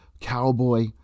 Cowboy